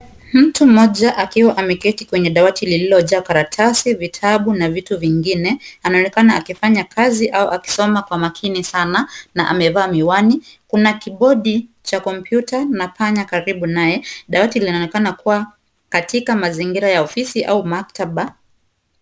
Mtu mmoja akiwa ameketi kwenye dawati lililojaa karatasi, vitabu na vitu vingine, anaonekana akifanya kazi au akisoma kwa makini sana na amevaa miwani, kuna kibodi cha kompyuta na panya karibu naye, dawati linaonekana kuwa katika mazingira ya ofisi au maktaba.